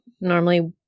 normally